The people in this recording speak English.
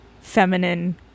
feminine